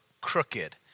crooked